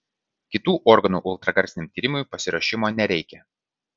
kitų organų ultragarsiniam tyrimui pasiruošimo nereikia